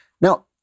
Now